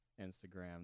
instagram